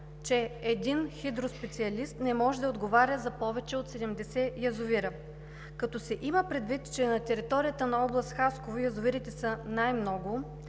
че един хидроспециалист не може да отговаря за повече от 70 язовира. Като се има предвид, че на територията на област Хасково язовирите са най-много,